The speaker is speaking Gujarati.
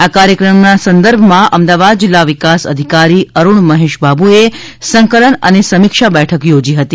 આ કાર્યક્રમના સંદર્ભમાં અમદાવાદ જિલ્લા વિકાસ અધિકારી અરુણ મહેશ બાબુએ સંકલન અને સમીક્ષા બેઠક યોજી હતી